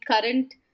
current